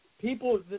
people